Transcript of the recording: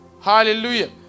Hallelujah